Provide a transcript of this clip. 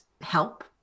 help